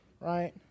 right